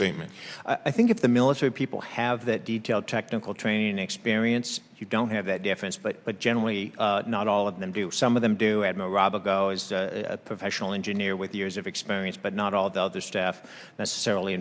statement i think if the military people have that detailed technical training experience if you don't have that deference but but generally not all of them do some of them do admiral robert professional engineer with years of experience but not all of the other staff necessarily